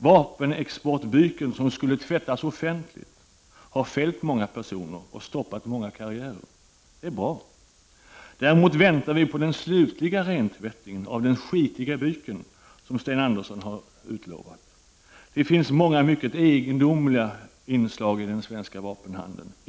Vapenexportbyken, som skulle tvättas offentligt, har fällt många personer och stoppat många karriärer. Det är bra. Däremot väntar vi på den slutliga rentvättningen av den skitiga byken, som Sten Andersson har utlovat. Det finns många mycket egendomliga inslag i den svenska vapenhandeln.